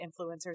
influencers